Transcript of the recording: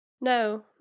No